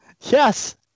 Yes